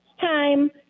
time